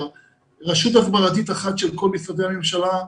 רשות הסברתית אחת של כל משרדי הממשלה,